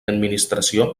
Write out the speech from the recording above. administració